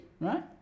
right